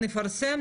נפרסם,